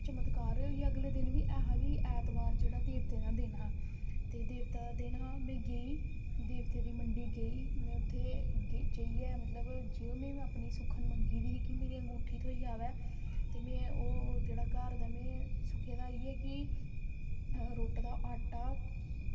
चमत्कार होइया अगले दिन ऐहा बी ऐतवार जेह्ड़ा देवतें दा दिन हा ते देवतें दा दिन हा में गेई देवतें दी मंडी गेई ते में उत्थें जाइयै जो में अपनी सुक्खन मन्नी दी ही की मेरी अंगूठी थ्होई जावै ते में ओह् जेह्ड़ा घर कन्नै जेह्ड़ा इयै कि रुट्ट दा आटा